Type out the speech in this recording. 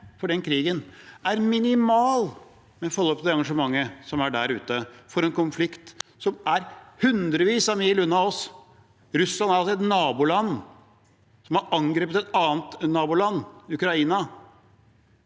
for den krigen er minimalt i forhold til engasjementet som er der ute, for en konflikt som er hundrevis av mil unna oss. Russland er et naboland som har angrepet et annet naboland, Ukraina.